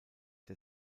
der